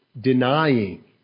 denying